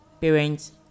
parents